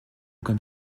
comme